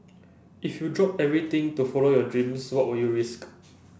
if you drop everything to follow your dreams what would you risk